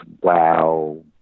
wow